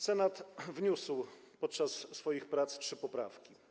Senat wniósł podczas swoich prac trzy poprawki.